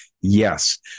Yes